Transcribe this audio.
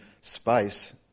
space